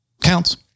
Counts